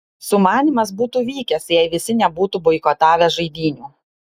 sumanymas būtų vykęs jei visi nebūtų boikotavę žaidynių